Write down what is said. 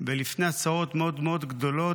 ולפני הצהרות מאוד מאוד גדולות.